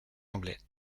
anglais